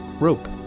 rope